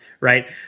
right